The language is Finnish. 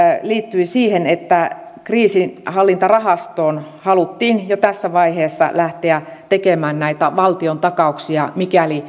liittyy siihen että kriisinhallintarahastoon haluttiin jo tässä vaiheessa lähteä tekemään näitä valtiontakauksia mikäli